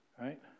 right